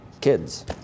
kids